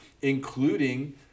including